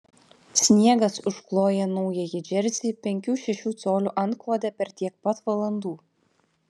sniegas užkloja naująjį džersį penkių šešių colių antklode per tiek pat valandų